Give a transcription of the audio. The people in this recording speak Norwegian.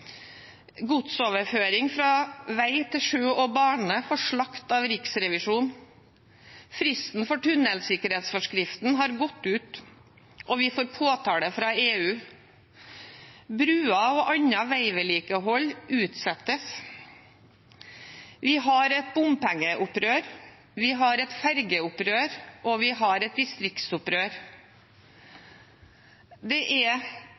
Godsoverføring fra vei til sjø og bane får slakt av Riksrevisjonen. Fristen for tunnelsikkerhetsforskriften har gått ut, og vi får påtale fra EU. Bruer og annet veivedlikehold utsettes. Vi har et bompengeopprør, vi har et fergeopprør, og vi har et distriktsopprør. Det er